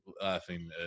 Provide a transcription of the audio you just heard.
laughing